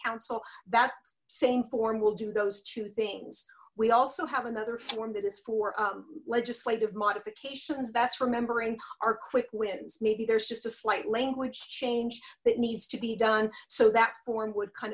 council that same forum will do those two things we also have another forum that is for legislative modifications that's remembering our quick wins maybe there's just a slight language change that needs to be done so that forum would kind